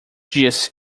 disse